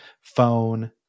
phone